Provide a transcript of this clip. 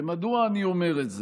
ומדוע אני אומר את זה?